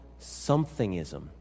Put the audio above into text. somethingism